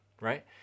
right